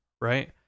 right